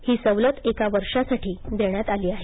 ही सवलत एका वर्षासाठी देण्यात आली आहे